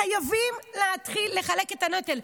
חייבים להתחיל לחלק את הנטל.